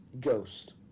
Ghost